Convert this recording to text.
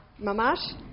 mamash